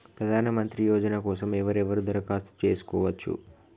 ప్రధానమంత్రి యోజన కోసం ఎవరెవరు దరఖాస్తు చేసుకోవచ్చు?